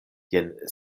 jen